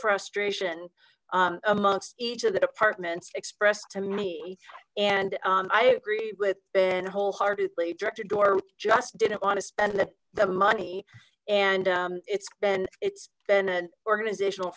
frustration amongst each of the departments expressed to me and i agreed with wholeheartedly directed or just didn't want to spend the money and it's been it's been an organizational